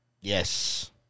Yes